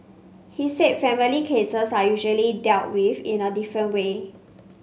he said family cases are usually dealt with in a different way